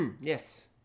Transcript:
yes